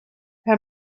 her